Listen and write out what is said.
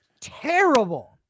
terrible